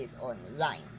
online